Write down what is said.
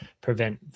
prevent